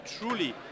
truly